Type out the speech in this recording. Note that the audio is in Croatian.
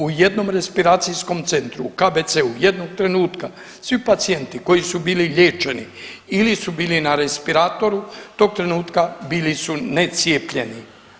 U jednom respiracijskom centru KB-a jednog trenutka svi pacijenti koji su bili liječeni ili su bili na respiratoru tog trenutku bili su necijepljeni.